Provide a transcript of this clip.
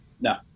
no